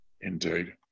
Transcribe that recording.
Indeed